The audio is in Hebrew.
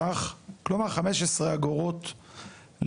ש"ח, כלומר 15 אגורות לשעה,